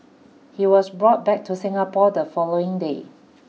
he was brought back to Singapore the following day